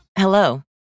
Hello